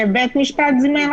שבית המשפט זימן אותך.